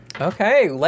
Okay